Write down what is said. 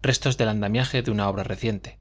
restos del andamiaje de una obra reciente